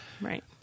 Right